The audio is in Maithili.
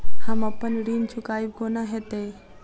हम अप्पन ऋण चुकाइब कोना हैतय?